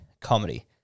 comedy